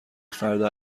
فردا